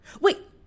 Wait